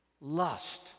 lust